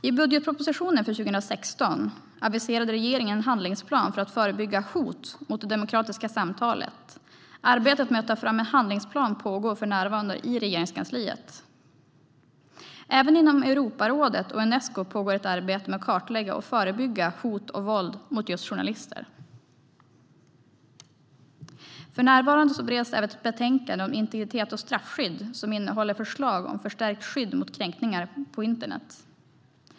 I budgetpropositionen för 2016 aviserade regeringen en handlingsplan för att förebygga hot mot det demokratiska samtalet. Arbetet med att ta fram en handlingsplan pågår för närvarande i Regeringskansliet. Även inom Europarådet och Unesco pågår ett arbete med att kartlägga och förebygga hot och våld mot journalister. För närvarande bereds även ett betänkande om integritet och straffskydd som innehåller förslag om förstärkt skydd mot kränkningar på internet.